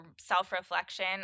self-reflection